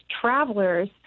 travelers